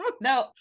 No